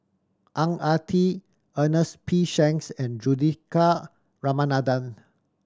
Ang Ah Tee Ernest P Shanks and Juthika Ramanathan